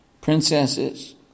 princesses